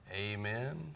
Amen